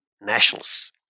nationalists